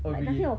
oh really